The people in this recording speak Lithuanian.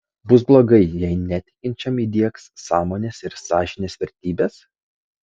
bus blogai jei netikinčiam įdiegs sąmonės ir sąžinės vertybes